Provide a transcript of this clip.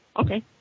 Okay